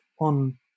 on